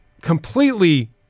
completely